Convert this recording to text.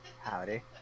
howdy